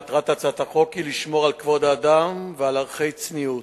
מטרת הצעת החוק היא לשמור על כבוד האדם ועל ערכי צניעות.